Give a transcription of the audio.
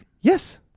Yes